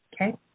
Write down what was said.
Okay